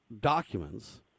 documents